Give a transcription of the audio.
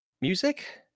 music